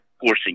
forcing